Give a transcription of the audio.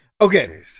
Okay